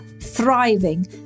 thriving